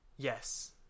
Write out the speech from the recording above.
Yes